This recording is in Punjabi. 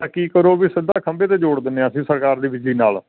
ਤਾਂ ਕੀ ਕਰੋ ਵੀ ਸਿੱਧਾ ਖੰਬੇ 'ਤੇ ਜੋੜ ਦਿੰਦੇ ਹਾਂ ਅਸੀਂ ਸਰਕਾਰ ਦੀ ਬਿਜਲੀ ਨਾਲ